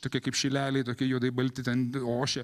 tokie kaip šileliai tokie juodai balti ten ošia